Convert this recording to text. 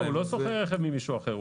הוא לא שוכר רכב ממישהו אחר.